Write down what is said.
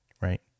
Right